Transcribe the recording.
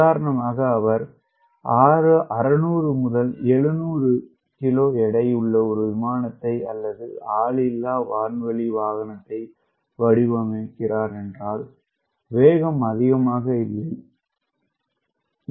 உதாரணமாக அவர் 600 700 கிலோ எடை உள்ள ஒரு விமானத்தை அல்லது ஆளில்லா வான்வழி வாகனத்தை வடிவமைக்கிறார் என்றால் வேகம் அதிகமாக இல்லை